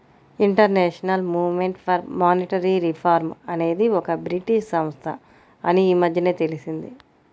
international movement for monetary reform అనేది ఒక British సంస్థ అని ఈ మధ్యనే తెలిసింది